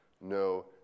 no